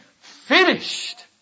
finished